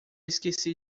esqueci